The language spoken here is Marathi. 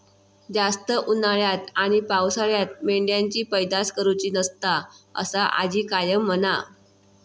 जास्त उन्हाळ्यात आणि पावसाळ्यात मेंढ्यांची पैदास करुची नसता, असा आजी कायम म्हणा